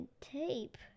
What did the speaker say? tape